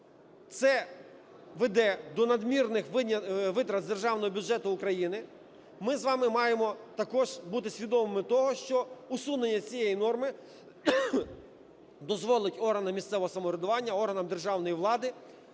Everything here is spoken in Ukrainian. це веде до надмірних витрат з державного бюджету України, ми з вами маємо також бути свідомими того, що усунення цієї норми дозволить органам місцевого самоврядування, органам державної влади